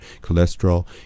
cholesterol